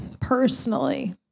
personally